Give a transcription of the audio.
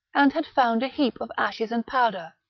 and had found a heap of ashes and powder,